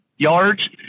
yards